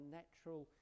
natural